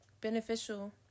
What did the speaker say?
beneficial